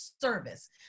service